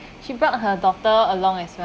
she brought her daughter along as well